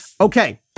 Okay